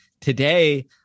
today